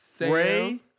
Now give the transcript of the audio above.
Ray